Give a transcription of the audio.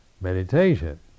meditation